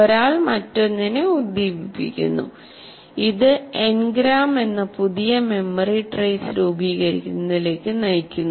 ഒരാൾ മറ്റൊന്നിനെ ഉദ്ദീപിപ്പിക്കുന്നു ഇത് എൻഗ്രാം എന്ന പുതിയ മെമ്മറി ട്രെയ്സ് രൂപീകരിക്കുന്നതിലേക്ക് നയിക്കുന്നു